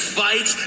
fight